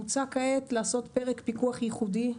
מוצע כעת לעשות פרק פיקוח ייחודי,